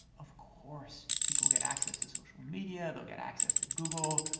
of course, people will get access to social media, they'll get access to google.